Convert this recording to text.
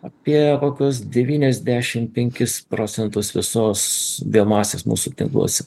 apie kokius devyniasdešimt penkis procentus visos biomasės mūsų tinkluose